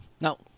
No